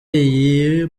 iyi